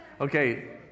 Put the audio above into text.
Okay